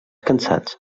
cansats